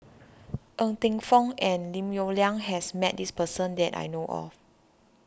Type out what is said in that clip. Ng Teng Fong and Lim Yong Liang has met this person that I know of